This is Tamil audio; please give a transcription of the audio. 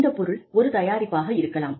இந்த பொருள் ஒரு தயாரிப்பாக இருக்கலாம்